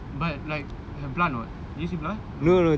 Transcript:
but like have blood or not do you see blood no